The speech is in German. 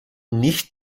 nicht